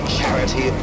charity